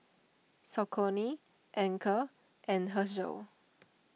Saucony Anchor and Herschel